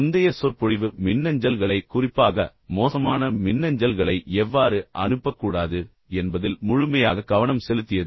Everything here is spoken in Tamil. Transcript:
முந்தைய சொற்பொழிவு மின்னஞ்சல்களை எவ்வாறு அனுப்பக்கூடாது குறிப்பாக மோசமான மின்னஞ்சல்களை எவ்வாறு அனுப்பக்கூடாது என்பதில் முழுமையாக கவனம் செலுத்தியது